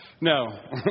No